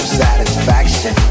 satisfaction